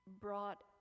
brought